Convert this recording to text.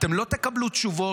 אתם לא תקבלו תשובות.